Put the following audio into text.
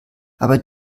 aber